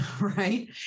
right